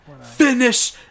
Finish